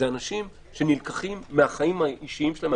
אלה אנשים שנלקחים מהחיים האישיים שלהם,